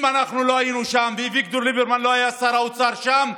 אם אנחנו לא היינו שם ואביגדור ליברמן לא היה שר האוצר שם,